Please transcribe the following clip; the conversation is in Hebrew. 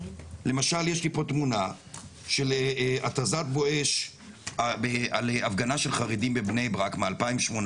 למשל יש לי פה תמונה של התזת "בואש" על הפגנה של חרדים בבני ברק מ-2018,